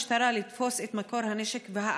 3. מה עושה המשטרה לתפוס את מקור הנשק והאחראים?